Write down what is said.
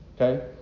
okay